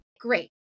great